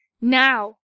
Now